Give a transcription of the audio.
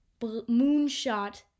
moonshot